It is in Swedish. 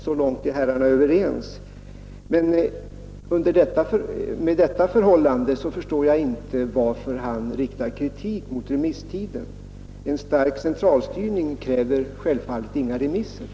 Så långt är herrarna överens. Men då förstår jag inte att herr Svensson riktar kritik mot remisstiden. En stark centralstyrning kräver självfallet inga remisser.